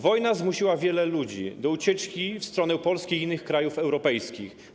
Wojna zmusiła wielu ludzi do ucieczki w stronę Polski i innych krajów europejskich.